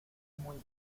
muy